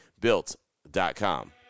Built.com